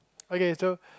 okay so